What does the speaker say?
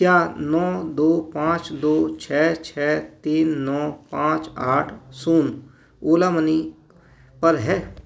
क्या नौ दो पाँच दो छः छः तीन नौ पाँच आठ शून्य ओला मनी पर है